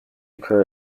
occur